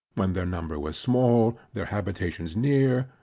when their number was small, their habitations near,